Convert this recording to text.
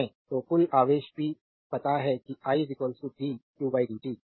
तो कुल आवेश q पता है कि i dq dt